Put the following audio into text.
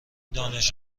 دانش